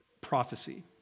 prophecy